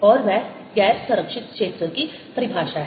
और वह गैर संरक्षित क्षेत्र की परिभाषा है